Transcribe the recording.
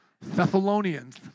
Thessalonians